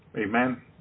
Amen